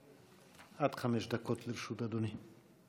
עד חמש דקות לרשות אדוני.